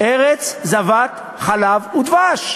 ארץ זבת חלב ודבש.